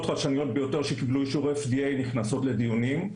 חדשניות ביותר שקיבלו אישור FDA נכנסות לדיונים.